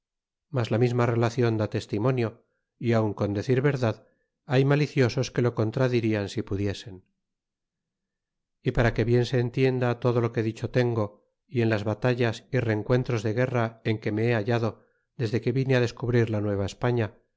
mas la misma relacion da testimonio y aun con decir verdad hay maliciosos que lo contradirian si pudiesen y para que bien se entienda todo lo que dicho tengo y en las batallas y rencuentros de guerra en que me he hallado desde que vine á descubrir la